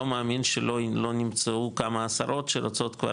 לא מאמין שלא נמצאו כמה עשרות שרוצות כבר